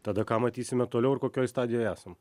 tada ką matysime toliau ir kokioj stadijoj esam